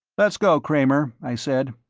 let's go, kramer, i said.